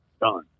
done